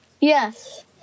Yes